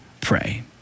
pray